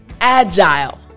agile